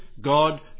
God